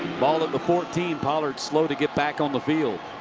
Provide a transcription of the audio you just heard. ball at the fourteen. pollard slow to get back on the field.